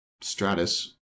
stratus